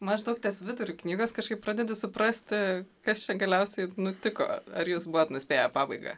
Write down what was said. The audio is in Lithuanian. maždaug ties viduriu knygos kažkaip pradedi suprasti kas čia galiausiai nutiko ar jūs buvot nuspėję pabaigą